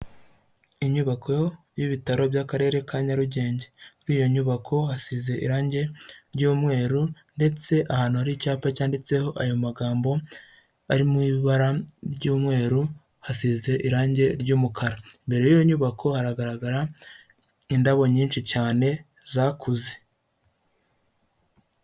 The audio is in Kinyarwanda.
Inyubako y'ibitaro by'Akarere ka Nyarugenge. Muri iyo nyubako hasize irangi ry'umweru, ndetse ahantu hari icyapa cyanditseho aya magambo, ari mu ibara ry'umweru, hasize irangi ry'umukara. Imbere y'iyo nyubako haragaragara indabo nyinshi cyane zakuze.